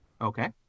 Okay